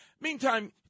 Meantime